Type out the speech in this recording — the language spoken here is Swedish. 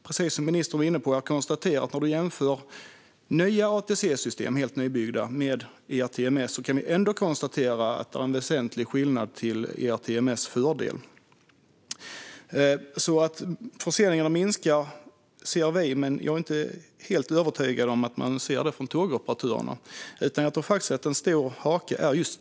Precis som ministern var inne på kan vi konstatera att om man jämför helt nybyggda ATC-system med ERTMS finns det en väsentlig skillnad till ERTMS fördel. Vi ser att förseningarna minskar, men jag är inte helt övertygad om att tågoperatörerna ser det på samma sätt. Jag tror faktiskt att en stor hake är kostnaden.